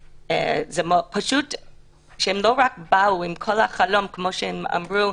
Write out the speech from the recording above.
שהן לא רק באו עם כל החלום, כמו שהן אמרו,